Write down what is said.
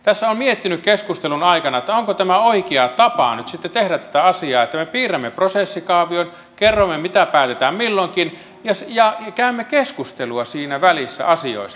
tässä olen miettinyt keskustelun aikana onko tämä oikea tapa nyt sitten tehdä tätä asiaa että me piirrämme prosessikaavion kerromme mitä päätetään milloinkin ja käymme keskustelua siinä välissä asioista